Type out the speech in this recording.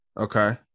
Okay